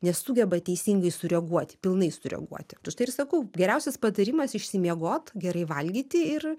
nesugeba teisingai sureaguoti pilnai sureaguoti užtai ir sakau geriausias patarimas išsimiegot gerai valgyti ir